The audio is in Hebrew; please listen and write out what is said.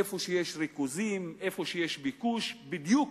איפה שיש ריכוזים, איפה שיש ביקוש, בדיוק